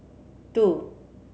two